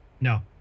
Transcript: No